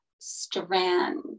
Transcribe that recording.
strand